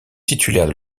titulaires